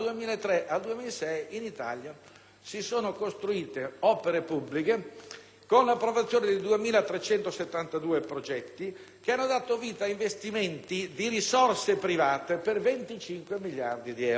si sono costruite opere pubbliche con l'approvazione di 2.372 progetti, che hanno dato vita a investimenti di risorse private per 25 miliardi di euro